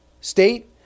state